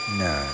no